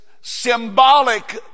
symbolic